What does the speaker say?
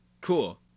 Cool